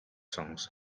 songs